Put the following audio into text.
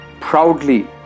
proudly